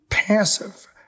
passive